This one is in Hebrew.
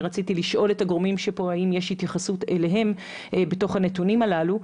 ורציתי לשאול את הגורמים פה האם יש התייחסות אליהם בתוך הנתונים הללו,